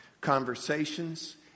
Conversations